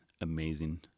amazing